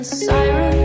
siren